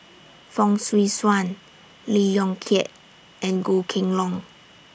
Fong Swee Suan Lee Yong Kiat and Goh Kheng Long